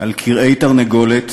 על כרעי תרנגולת